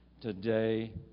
today